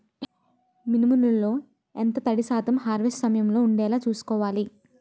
మినుములు లో ఎంత తడి శాతం హార్వెస్ట్ సమయంలో వుండేలా చుస్కోవాలి?